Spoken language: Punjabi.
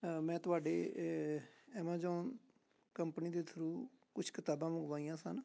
ਮੈਂ ਤੁਹਾਡੇ ਐਮਾਜੋਨ ਕੰਪਨੀ ਦੇ ਥਰੂ ਕੁਛ ਕਿਤਾਬਾਂ ਮੰਗਵਾਈਆਂ ਸਨ